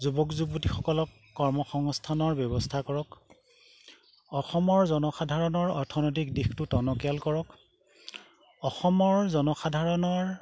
যুৱক যুৱতীসকলক কৰ্ম সংস্থানৰ ব্যৱস্থা কৰক অসমৰ জনসাধাৰণৰ অৰ্থনৈতিক দিশটো টনকিয়াল কৰক অসমৰ জনসাধাৰণৰ